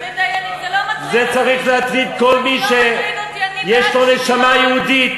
זה צריך להטריד כל מי שיש לו נשמה יהודית.